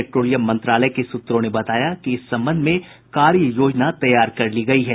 petroleum मंत्रालय के सूत्रों ने बताया कि इस संबंध में कार्ययोजना तैयार कर ली गयी है